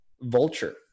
Vulture